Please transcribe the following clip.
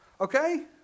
Okay